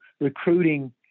recruiting